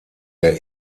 der